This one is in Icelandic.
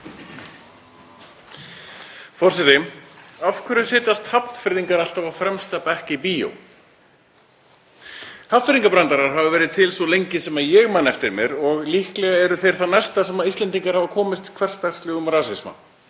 forseti. Af hverju setjast Hafnfirðingar alltaf á fremsta bekk í bíó? Hafnfirðingabrandarar hafa verið til svo lengi sem ég man eftir mér og líklega eru þeir það næsta sem Íslendingar hafa komist hversdagslegum rasisma.